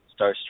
starstruck